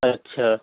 اچھا